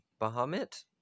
Bahamut